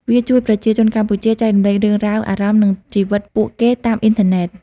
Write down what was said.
វាជួយប្រជាជនកម្ពុជាចែករំលែករឿងរ៉ាវ អារម្មណ៍ និងជីវិតពួកគេតាមអ៊ីនធឺណិត។